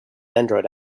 android